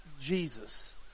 Jesus